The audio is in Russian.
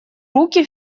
руки